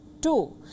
Two